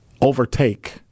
overtake